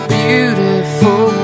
beautiful